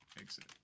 exit